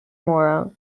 morrow